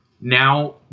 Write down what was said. Now